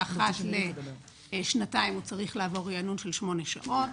ואחת לשנתיים הוא צריך לעבור ריענון של שמונה שעות.